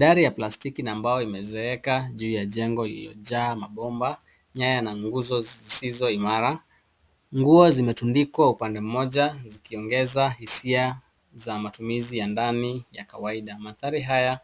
Dari ya plastki na mbao imezeeka juu ya jengo lilojaa mabomba, nyaya na nguzo zisizo imara. Nguo zimetundikwa upande moja zikiongeza hisia za matumizi ya ndani ya kawaida. Mandhari haya